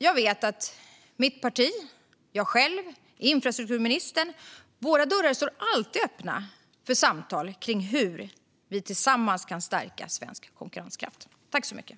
Jag vet att mitt parti, jag själv och infrastrukturministern alltid har dörrarna öppna för samtal om hur vi tillsammans kan stärka svensk konkurrenskraft.